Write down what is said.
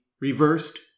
reversed